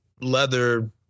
leather